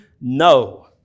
No